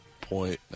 point